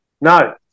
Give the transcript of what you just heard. No